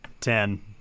Ten